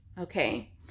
okay